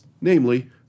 namely